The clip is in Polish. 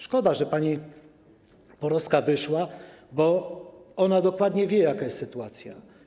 Szkoda, że pani Porowska wyszła, bo ona dokładnie wie, jaka jest sytuacja.